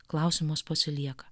klausimas pasilieka